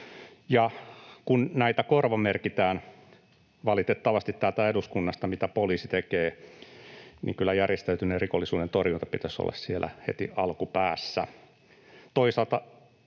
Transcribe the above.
kun korvamerkitään, valitettavasti, täältä eduskunnasta näitä, mitä poliisi tekee, niin kyllä järjestäytyneen rikollisuuden torjunnan pitäisi olla heti siellä alkupäässä.